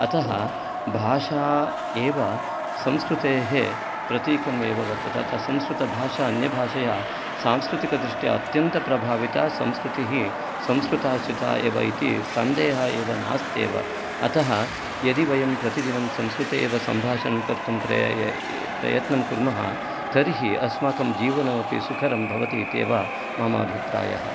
अतः भाषा एव संस्कृतेः प्रतीकम् एव वर्तते अतः संस्कृतभाषा अन्यभाषया सांस्कृतिकदृष्ट्या अत्यन्तप्रभाविता संस्कृतिः संस्कृताश्रिता एव इति सन्देहः एव नास्त्येव अतः यदि वयं प्रतिदिनं संस्कृते एव सम्भाषणं कर्तुं प्रयत्नं कुर्मः तर्हि अस्माकं जीवनमपि सुकरं भवति इति एव मम अभिप्रायः